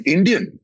Indian